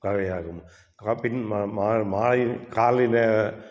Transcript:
கலையாகும் பின் மாலையில் காலையில்